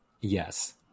yes